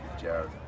jared